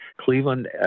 Cleveland